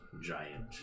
giant